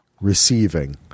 receiving